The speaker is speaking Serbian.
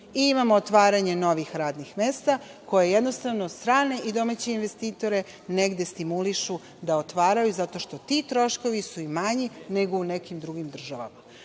I imamo otvaranje novih radnih mesta, koje jednostavno strane i domaće investitore negde stimulišu da otvaraju zato što ti troškovi su i manji nego u nekim drugim državama. Tako